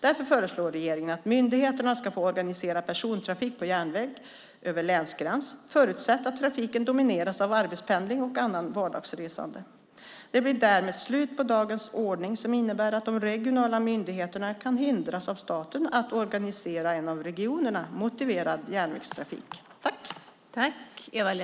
Därför föreslår regeringen att myndigheterna ska få organisera persontrafik på järnväg över länsgräns förutsatt att trafiken domineras av arbetspendling och annat vardagsresande. Det blir därmed slut på dagens ordning som innebär att de regionala myndigheterna kan hindras av staten att organisera en av regionerna motiverad järnvägstrafik.